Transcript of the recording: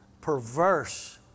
perverse